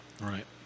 Right